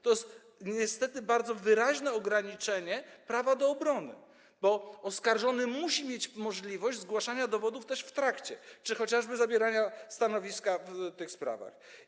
To jest niestety bardzo wyraźne ograniczenie prawa do obrony, bo oskarżony musi mieć możliwość zgłaszania dowodów też w trakcie procesu czy chociażby możliwość zajęcia stanowiska w tych sprawach.